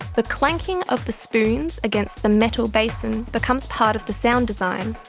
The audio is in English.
the clanking of the spoons against the metal basin becomes part of the sound design.